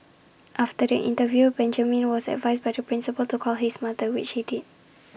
after the interview Benjamin was advised by the principal to call his mother which he did